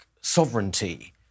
sovereignty